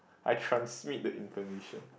I transmit the information